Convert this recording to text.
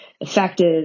effective